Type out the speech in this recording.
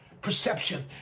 perception